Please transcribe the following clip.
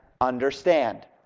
understand